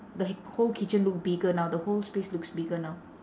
the whole kitchen look bigger now the whole space looks bigger now